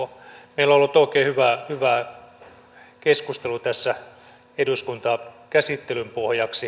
meillä on ollut oikein hyvä keskustelu tässä eduskuntakäsittelyn pohjaksi